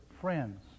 friends